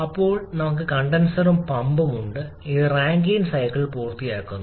അപ്പോൾ നമുക്ക് കണ്ടൻസറും പമ്പും ഉണ്ട് ഇത് റാങ്കൈൻ സൈക്കിൾ പൂർത്തിയാക്കുന്നു